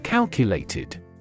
Calculated